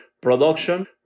production